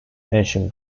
ancient